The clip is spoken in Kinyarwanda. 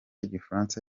igifaransa